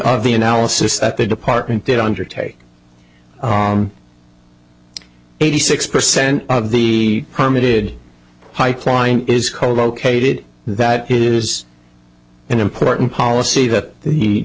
of the analysis that the department did undertake eighty six percent of the permitted pipeline is colocated that is an important policy that the